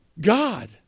God